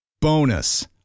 Bonus